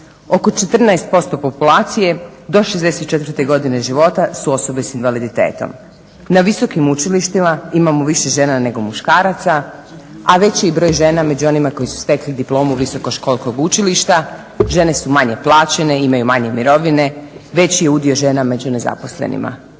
Oko 14% populacije do 64. godine života su osobe s invaliditetom. Na visokim učilištima imamo više žena nego muškaraca a veći je broj žena i među onima koji su stekli diplomu visokoškolskog učilišta. Žene su manje plaćene, imaju manje mirovine. Veći je udio žena među nezaposlenima.